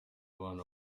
abana